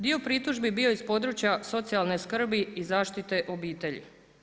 Dio pritužbi bio je iz područja socijalne skrbi i zaštite obitelji.